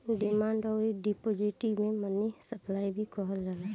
demand अउर deposit के money supply भी कहल जाला